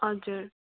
हजुर